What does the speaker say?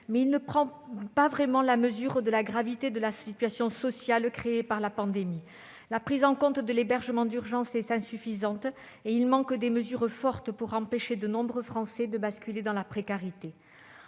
Mais il ne prend pas vraiment la mesure de la gravité de la situation sociale engendrée par la pandémie. La prise en compte de l'hébergement d'urgence est insuffisante et il manque des mesures fortes pour empêcher de nombreux Français de basculer dans la précarité.